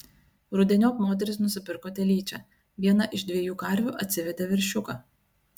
rudeniop moteris nusipirko telyčią viena iš dviejų karvių atsivedė veršiuką